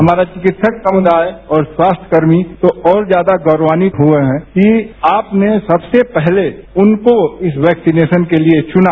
हमारा विकित्सक समुदाय और स्वास्थ्यकर्मी और ज्यादा गौरवानित हुए हैं कि आपने सबसे पहले उनको इस वैकसीनेशन के लिये चुना